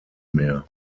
mehr